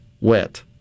wet